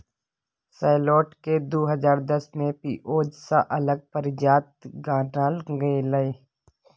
सैलोट केँ दु हजार दस मे पिओज सँ अलग प्रजाति गानल गेलै